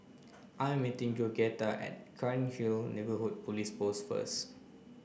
I am meeting Georgetta at Cairnhill Neighbourhood Police Post first